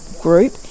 group